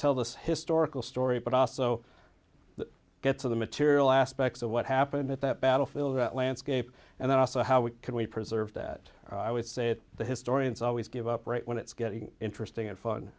tell this historical story but also to get to the material aspects of what happened at that battlefield that landscape and then also how we can we preserve that i would say that the historians always give up right when it's getting interesting and fun